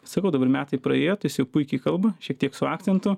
sakau dabar metai praėjo tai jis jau puikiai kalba šiek tiek su akcentu